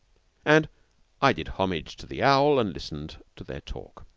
and i did homage to the owl and listened to their talk.